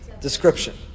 description